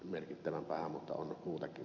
merkittävämpää mutta on niitäkin